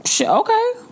Okay